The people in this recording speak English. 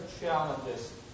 challenges